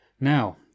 Now